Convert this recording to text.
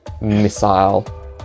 missile